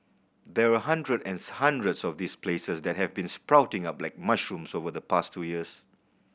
there are hundreds and hundreds of these places that have been sprouting up like mushrooms over the past two years